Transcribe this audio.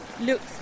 looks